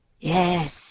Yes